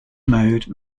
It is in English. mode